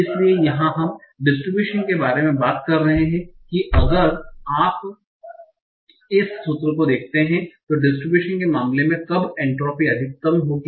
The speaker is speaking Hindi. इसलिए यहां हम डिस्ट्रिब्यूशन के बारे में बात कर रहे हैं की अगर आप इस सूत्र को देखते हैं तो डिस्ट्रिब्यूशन के मामले में कब एन्ट्रापी अधिकतम होगी